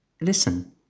listen